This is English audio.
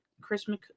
Christmas